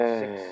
six